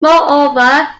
moreover